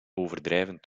overdrijven